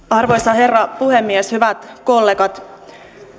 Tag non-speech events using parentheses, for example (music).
(unintelligible) arvoisa herra puhemies hyvät kollegat